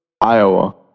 Iowa